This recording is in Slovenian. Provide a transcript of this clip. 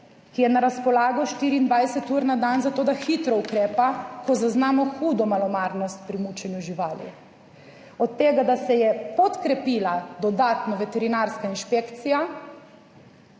ki je na razpolago 24 ur na dan zato da hitro ukrepa, ko zaznamo hudo malomarnost pri mučenju živali. Od tega, da se je podkrepila dodatno veterinarska inšpekcija,